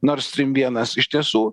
nord strym vienas iš tiesų